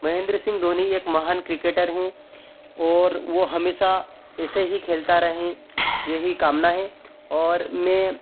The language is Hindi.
महेंद्र सिंह धोनी एक महान क्रिकेटर हैं और वो हमेशा ऐसे ही खेलता रहें यही कामना है और मैं